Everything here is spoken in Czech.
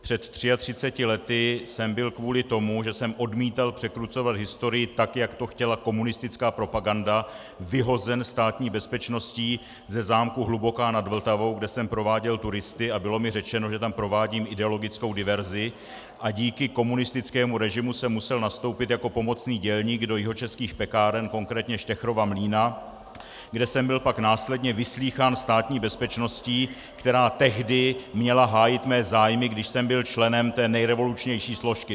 Před 33 lety jsem byl kvůli tomu, že jsem odmítal překrucovat historii tak, jak to chtěla komunistická propaganda, vyhozen Státní bezpečností ze zámku Hluboká nad Vltavou, kde jsem prováděl turisty, a bylo mi řečeno, že tam provádím ideologickou diverzi, a díky komunistickému režimu jsme musel nastoupit jako pomocný dělník do Jihočeských pekáren, konkrétně Stecherova mlýna, kde jsem byl pak následně vyslýchán Státní bezpečností, která tehdy měla hájit mé zájmy, když jsem byl členem té nejrevolučnější složky.